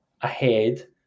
ahead